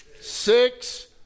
six